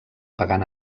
pagant